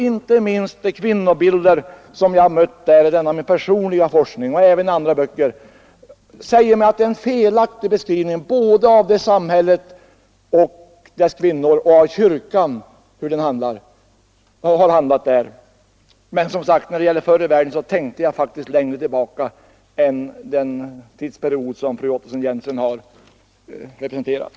Inte minst de kvinnobilder som jag har mött i min personliga forskning och även i andra böcker säger mig att beskrivningen här av hur samhället och kyrkan behandlat dessa kvinnor är felaktig. Med uttrycket ”förr i världen” tänkte jag som sagt längre tillbaka än till den tidsperiod som fru Ottesen-Jensen har representerat.